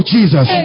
Jesus